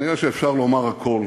נראה שאפשר לומר הכול,